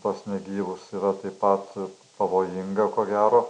tuos negyvus yra taip pat pavojinga ko gero